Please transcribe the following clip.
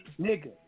nigga